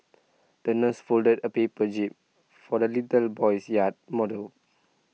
the nurse folded A paper jib for the little boy's yacht model